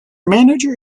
manager